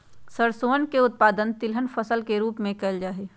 सरसोवन के उत्पादन तिलहन फसल के रूप में कइल जाहई